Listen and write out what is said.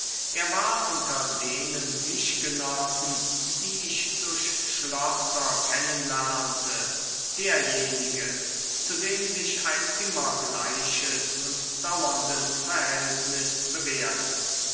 er war unter denen tischgenossen die ich durch schlosser kennen lernte derjenige zu dem sich ein immer gleiches und dauerndes verhältnis bewährte